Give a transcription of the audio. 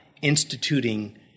instituting